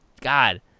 God